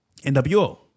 NWO